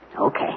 Okay